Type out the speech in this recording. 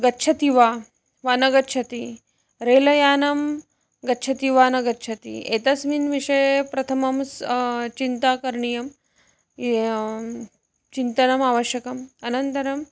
गच्छति वा वा न गच्छति रेल यानं गच्छति वा न गच्छति एतस्मिन् विषये प्रथमं स् चिन्ता करणीयं य् चिन्तनम् आवश्यकम् अनन्तरं